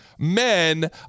Men